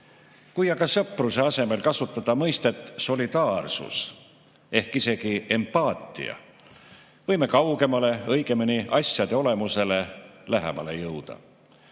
Kui aga sõpruse asemel kasutada mõistet "solidaarsus" või isegi "empaatia", võime kaugemale, õigemini asjade olemusele lähemale jõuda. Tahan